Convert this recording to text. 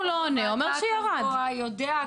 אז אמרו אותו הדבר אצל העובדים והעובדות הסוציאליים,